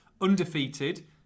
Undefeated